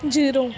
zero